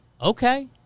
Okay